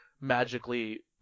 magically